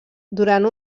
durant